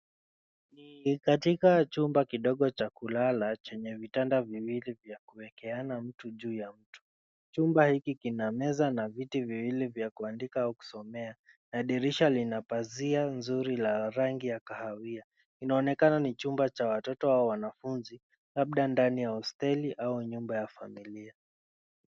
Ni katika chumba kidogo cha kulala chenye vitanda viwili vya kuwekeana mtu juu ya mtu. Chumba hiki kina meza na viti viwili vya kuandika au kusomea na dirisha lina pazia mzuri la rangi ya kahawia, ina onekana ni chumba cha watoto au wanafunzi labda ndani ya hosteli au nyumba ya familia.